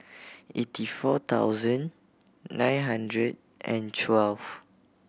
eighty four thousand nine hundred and twelve